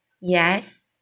Yes